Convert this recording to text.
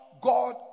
God